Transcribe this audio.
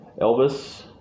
Elvis